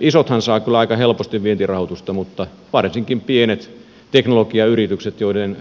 isothan saavat kyllä aika helposti vientirahoitusta mutta varsinkin pienten teknologiayritysten kohdalla joiden